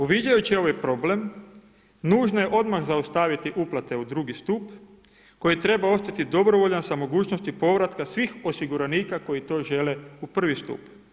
Uviđajući ovaj problem nužno je odmah zaustaviti uplate u drugi stup koji treba ostati dobrovoljan sa mogućnosti povratka svih osiguranika koji to žele u prvi stup.